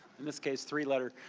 in this case three letters.